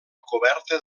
coberta